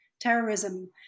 terrorism